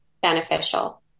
beneficial